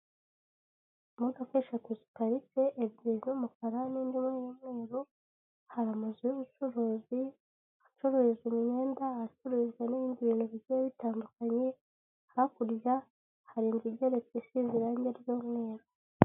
Imodoka eshatu ziparitse, ebyiri z'umukara n'indi imwe y'umweru hari amazu y'ubucuruzi acuruza imyenda, acuruza n'ibindi bintu bigiye bitandukanye, hakurya hari inzu igereretse isize irange ry'umweru.